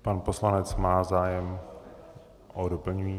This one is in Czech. Pan poslanec má zájem o doplnění.